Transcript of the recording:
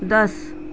دس